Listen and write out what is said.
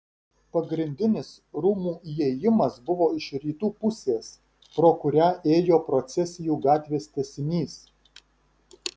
pagrindinis rūmų įėjimas buvo iš rytų pusės pro kurią ėjo procesijų gatvės tęsinys